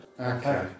Okay